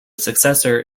successor